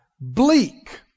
bleak